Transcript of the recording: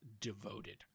devoted